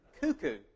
cuckoo